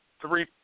three